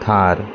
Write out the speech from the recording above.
Thar